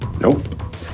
Nope